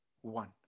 one